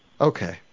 Okay